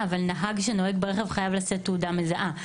אבל נהג שנוהג ברכב חייב לשאת תעודה מזהה.